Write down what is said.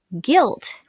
guilt